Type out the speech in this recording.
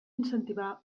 incentivar